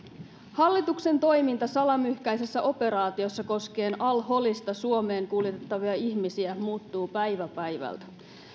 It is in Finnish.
hallituksen toiminta salamyhkäisessä operaatiossa koskien al holista suomeen kuljetettavia ihmisiä muuttuu päivä päivältä